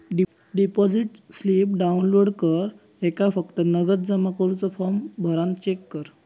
deposit slip download कर ह्येका फक्त नगद जमा करुचो फॉर्म भरान चेक कर